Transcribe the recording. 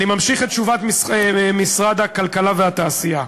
אני ממשיך את תשובת משרד הכלכלה והתעשייה: